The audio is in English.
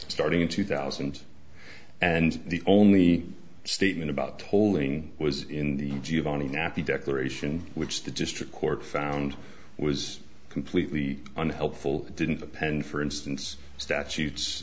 starting in two thousand and the only statement about tolling was in the giovanni nappie declaration which the district court found was completely unhelpful didn't depend for instance statutes